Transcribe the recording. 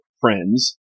friends